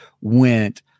went